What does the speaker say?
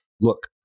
look